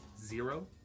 zero